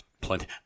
Plenty